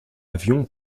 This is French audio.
avion